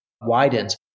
widens